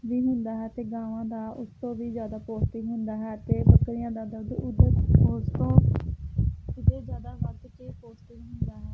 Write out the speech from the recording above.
ਵੀ ਹੁੰਦਾ ਹੈ ਅਤੇ ਗਾਵਾਂ ਦਾ ਉਸ ਤੋਂ ਵੀ ਜ਼ਿਆਦਾ ਪੋਸ਼ਟਿਕ ਹੁੰਦਾ ਹੈ ਅਤੇ ਬੱਕਰੀਆਂ ਦਾ ਦੁੱਧ ਉਧਰ ਉਸ ਤੋਂ ਕਿਤੇ ਜ਼ਿਆਦਾ ਵੱਧ ਕੇ ਪੋਸ਼ਟਿਕ ਹੁੰਦਾ ਹੈ